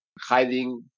hiding